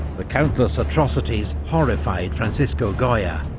the countless atrocities horrified francisco goya,